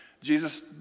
Jesus